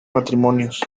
matrimonios